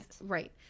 Right